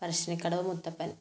Parassinikkadavu Muthappan